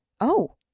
Oh